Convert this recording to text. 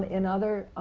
in other